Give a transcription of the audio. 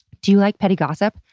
do you like petty gossip?